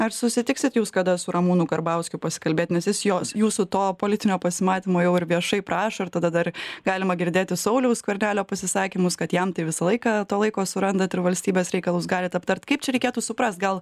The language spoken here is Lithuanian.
ar susitiksit jūs kada su ramūnu karbauskiu pasikalbėt nes jis jos jūsų to politinio pasimatymo jau ir viešai prašo ir tada dar galima girdėti sauliaus skvernelio pasisakymus kad jam tai visą laiką to laiko surandat ir valstybės reikalus galit aptarti kaip čia reikėtų suprast gal